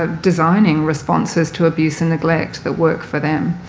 ah designing responses to abuse and neglect that work for them.